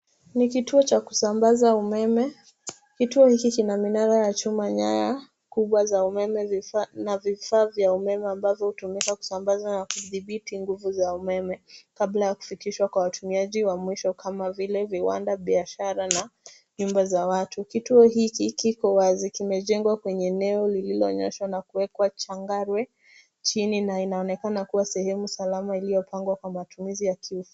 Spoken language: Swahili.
Ni kituo cha kusambaza umeme, Kituo hiki kina minara ya nyaya kubwa za umeme na vifaa vya umeme ambavyo hutumika kusambaza na kuthibiti nguvu za umeme, kabla ya kufikishwa kwa watumiaji wa mwisho kama vile; viwanda, biashara na nyumba za watu. Kituo hiki kiko wazi kimejengwa kwenye eneo lililonyoshwa na kuwekwa changarawe chini na inaonekana kuwa sehemu salama iliyopangwa kwa matumizi ya kiufundi.